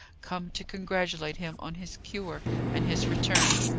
come to congratulate him on his cure and his return.